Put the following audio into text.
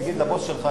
תגיד לבוס שלך,